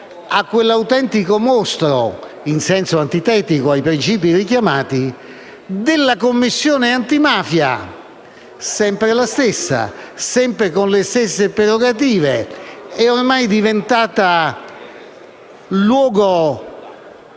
a quell'autentico mostro (in senso antitetico ai principi richiamati) della Commissione antimafia: sempre la stessa, sempre con le stesse prerogative e ormai diventata luogo